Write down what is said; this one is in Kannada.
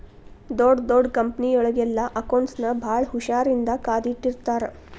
ಡೊಡ್ ದೊಡ್ ಕಂಪನಿಯೊಳಗೆಲ್ಲಾ ಅಕೌಂಟ್ಸ್ ನ ಭಾಳ್ ಹುಶಾರಿನ್ದಾ ಕಾದಿಟ್ಟಿರ್ತಾರ